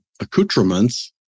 accoutrements